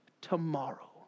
tomorrow